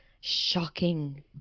shocking